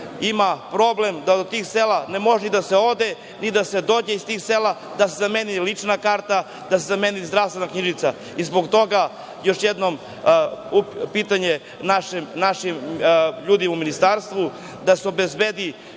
imaju problem, da do tih sela ne može ni da se ode, ni da se dođe iz tih sela da se zameni lična karta, da se zameni zdravstvena knjižica i zbog toga još jednom pitanje upućujem našim ljudima u ministarstvu – da se obezbedi